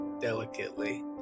delicately